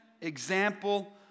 example